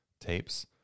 tapes